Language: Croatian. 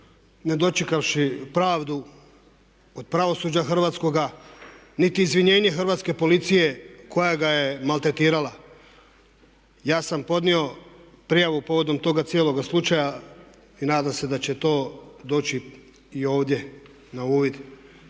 ne dočekavši pravdu od pravosuđa hrvatskoga niti izvinjenje hrvatske policije koja ga je maltretirala. Ja sam podnio prijavu povodom toga cijeloga slučaja i nadam se da će to doći i ovdje na uvid.